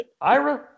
Ira